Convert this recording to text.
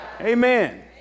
Amen